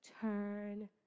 Turn